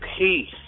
Peace